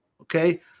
okay